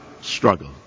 struggle